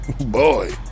Boy